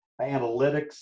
analytics